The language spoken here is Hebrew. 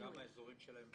וגם האזורים שלהם בארץ.